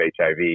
HIV